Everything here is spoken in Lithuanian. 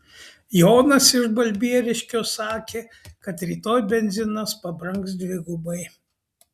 jonas iš balbieriškio sakė kad rytoj benzinas pabrangs dvigubai